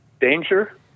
danger